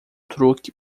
truque